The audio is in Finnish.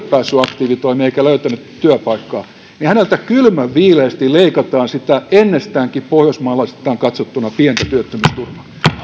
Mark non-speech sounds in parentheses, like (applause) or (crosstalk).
(unintelligible) päässyt aktiivitoimiin eikä löytänyt työpaikkaa niin häneltä kylmänviileästi leikataan sitä ennestäänkin pohjoismaalaisittain katsottuna pientä työttömyysturvaa